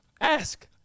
ask